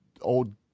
old